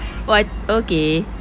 oh I okay